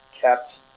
kept